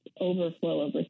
overflow